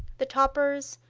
the topers,